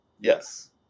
Yes